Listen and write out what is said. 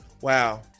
Wow